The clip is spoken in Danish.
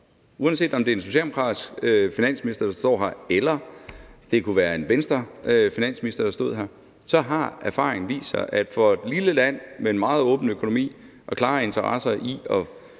Uanset om det er en socialdemokratisk finansminister, der står her, eller om det f.eks. var en Venstrefinansminister, der stod her, så har erfaringen vist, at for et lille land med en meget åben økonomi og klare interesser i at